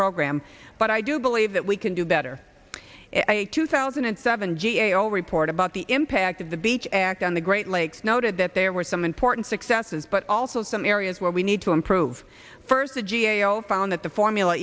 program but i do believe that we can do better a two thousand and seven g a o report about the impact of the beach act on the great lakes noted that there were some important successes but also some areas where we need to improve first the g a o found that the formula